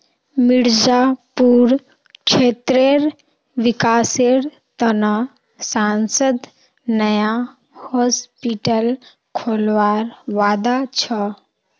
मिर्जापुर क्षेत्रेर विकासेर त न सांसद नया हॉस्पिटल खोलवार वादा छ